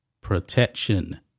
protection